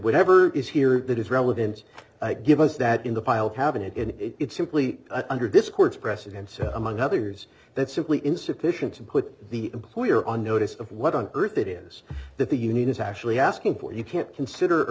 whatever is here that is relevant give us that in the file cabinet and it simply under this court's precedent so among others that simply insufficient to put the employer on notice of what on earth it is that the union is actually asking for you can't consider a